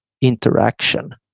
interaction